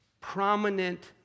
prominent